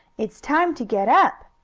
it's time to get up!